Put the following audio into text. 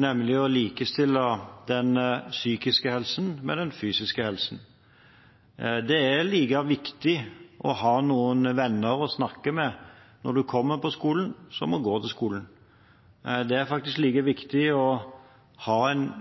nemlig å likestille den psykiske helsen med den fysiske helsen. Det er like viktig å ha noen venner å snakke med når du kommer til skolen, som å gå til skolen. Det er faktisk like viktig å ha